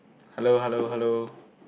hello hello hello